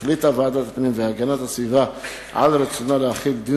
החליטה ועדת הפנים והגנת הסביבה כי רצונה להחיל דין